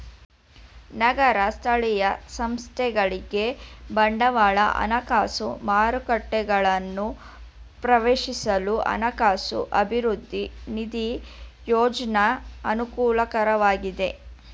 ನಗರ ಸ್ಥಳೀಯ ಸಂಸ್ಥೆಗಳಿಗೆ ಬಂಡವಾಳ ಹಣಕಾಸು ಮಾರುಕಟ್ಟೆಗಳನ್ನು ಪ್ರವೇಶಿಸಲು ಹಣಕಾಸು ಅಭಿವೃದ್ಧಿ ನಿಧಿ ಯೋಜ್ನ ಅನುಕೂಲಕರವಾಗಿದೆ